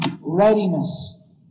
readiness